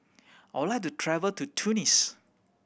I would like to travel to Tunis